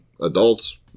adults